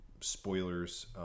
spoilers